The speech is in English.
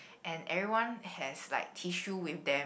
and everyone has like tissue with them